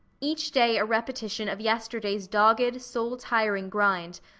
each day a repetition of yesterday's dogged, soul-tiring grind,